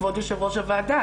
כבוד יושב-ראש הוועדה,